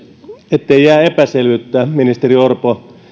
ettei jää epäselvyyttä ministeri orpo